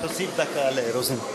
תוסיף דקה לרוזין.